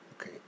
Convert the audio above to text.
Okay